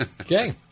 okay